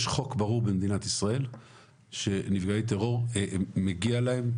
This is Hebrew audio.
יש חוק ברור במדינת ישראל שלנפגעי טרור מגיע קבר,